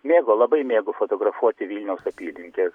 mėgo labai mėgo fotografuoti vilniaus apylinkės